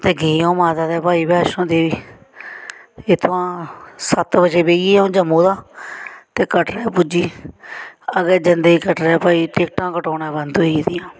ते गे अ'ऊं भाई माता ते बैष्णो देबी इत्थुआं सत्त बजे बेही गे अ'ऊ जम्मू दा ते कटरा पुज्जी अग्गे जंदे कटरा फ्ही टिकटा कटोना बंद होई गेदियां हियां